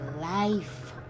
life